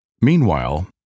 Meanwhile